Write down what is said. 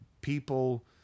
people